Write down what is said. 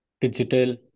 digital